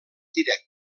directe